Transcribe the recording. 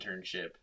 internship